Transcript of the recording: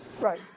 Right